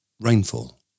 rainfall